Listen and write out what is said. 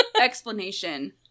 explanation